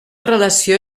relació